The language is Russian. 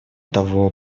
того